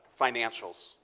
financials